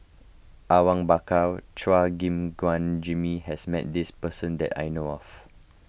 Awang Bakar Chua Gim Guan Jimmy has met this person that I know of